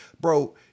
bro